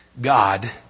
God